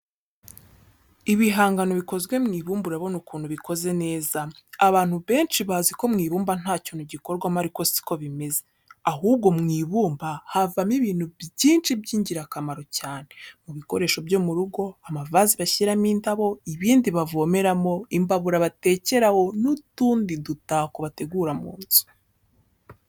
Ibihangano bikozwe mwibumba urabona ukuntu bikoze neza abantu benshi baziko mwibumba ntakintu gikorwamo ariko siko bimeze. ahubwo mwibumba havamo ibintu byinshi byingirakamaro cyane mubikoresho byumurugo amavaze bashyiramo indabo ibindi bavomeramo imbabura batekeraho n,utundi dutako bategura munzu.